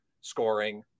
scoring